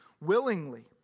willingly